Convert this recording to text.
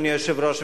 אדוני היושב-ראש.